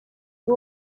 you